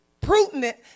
prudent